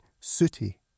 sooty